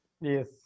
Yes